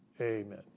Amen